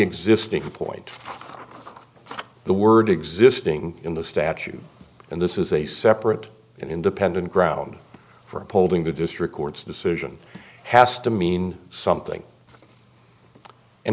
existing point of the word existing in the statute and this is a separate and independent ground for upholding the district court's decision has to mean something an